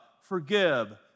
forgive